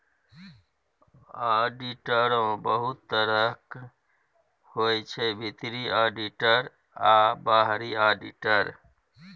आडिटरो बहुत तरहक होइ छै भीतरी आडिटर आ बाहरी आडिटर